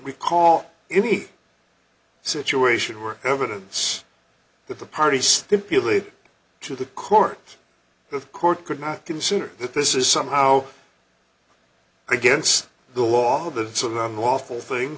recall any situation where evidence that the party stipulated to the court the court could not consider that this is somehow against the law the sort of unlawful thing